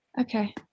Okay